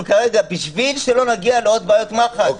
כרגע בשביל שלא נגיע לעוד בעיות מח"ש,